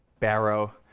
barrow,